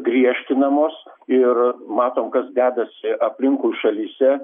griežtinamos ir matom kas dedasi aplinkui šalyse